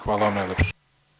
Hvala vam najlepše.